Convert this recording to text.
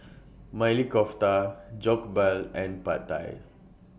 Maili Kofta Jokbal and Pad Thai